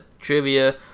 trivia